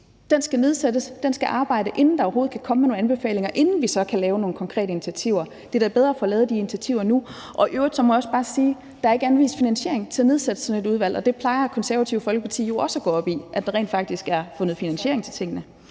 Det skal arbejde, inden der overhovedet kan komme nogle anbefalinger, og inden vi så kan lave konkrete initiativer. Det er da bedre at få lavet de initiativer nu. I øvrigt må jeg også bare sige, at der ikke er anvist finansiering til at nedsætte sådan et udvalg, og Det Konservative Folkeparti plejer jo også at gå op i, at der rent faktisk er fundet finansiering til tingene.